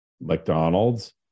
McDonald's